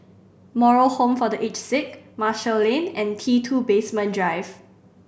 Moral Home for The Aged Sick Marshall Lane and T Two Basement Drive